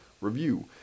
review